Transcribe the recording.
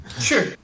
Sure